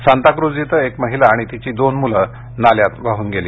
सांताक्रूज इथं एक महिला आणि तिची दोन मुलं नाल्यात वाहून गेली